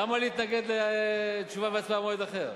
למה להתנגד לתשובה והצבעה במועד אחר?